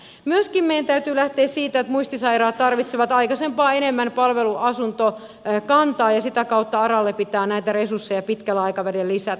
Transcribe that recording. myöskin meidän täytyy lähteä siitä että muistisairaat tarvitsevat aikaisempaa enemmän palveluasuntokantaa ja sitä kautta aralle pitää näitä resursseja pitkällä aikavälillä lisätä